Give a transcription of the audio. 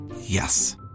Yes